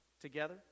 together